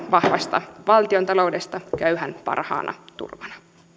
vahvasta valtiontaloudesta köyhän parhaana turvana